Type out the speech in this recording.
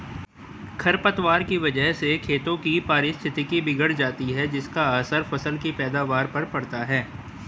खरपतवार की वजह से खेतों की पारिस्थितिकी बिगड़ जाती है जिसका असर फसल की पैदावार पर पड़ता है